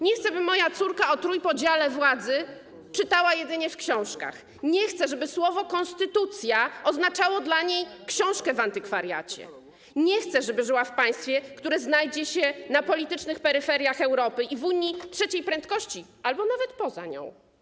Nie chcę, by moja córka o trójpodziale władzy czytała jedynie w książkach, nie chcę, żeby słowo ˝konstytucja˝ oznaczało dla niej książkę w antykwariacie, nie chcę, żeby żyła w państwie, które znajdzie się na politycznych peryferiach Europy i w Unii trzeciej prędkości albo nawet poza nią.